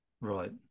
Right